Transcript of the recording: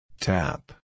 Tap